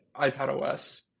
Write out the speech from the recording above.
iPadOS